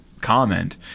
comment